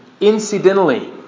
Incidentally